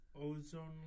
Ozone